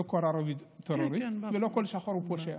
לא כל ערבי הוא טרוריסט ולא כל שחור הוא פושע.